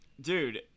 Dude